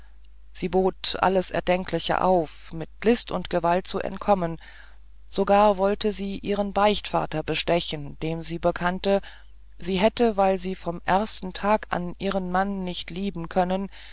sie bot alles erdenkliche auf mit list und gewalt zu entkommen sogar wollte sie ihren beichtvater bestechen dem sie bekannt sie hätte weil sie vom ersten tag an ihren mann nicht lieben können